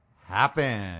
happen